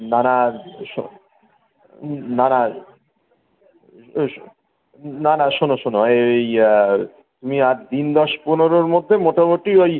না না শো না না শ্ না না শোনো শোনো এই তুমি আর দিন দশ পনেরোর মধ্যে মোটামুটি ওই